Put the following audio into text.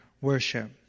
worship